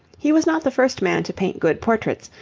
he was not the first man to paint good portraits,